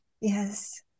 Yes